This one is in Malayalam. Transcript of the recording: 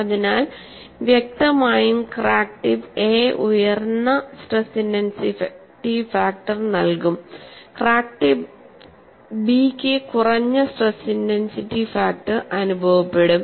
അതിനാൽ വ്യക്തമായും ക്രാക്ക് ടിപ്പ് എ ഉയർന്ന സ്ട്രെസ് ഇന്റെൻസിറ്റി ഫാക്ടർ നൽകും ക്രാക്ക് ടിപ്പ് ബി ക്ക് കുറഞ്ഞ സ്ട്രെസ് ഇന്റെൻസിറ്റി ഫാക്ടർ അനുഭവപ്പെടും